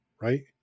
right